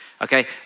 Okay